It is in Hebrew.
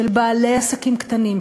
של בעלי עסקים קטנים,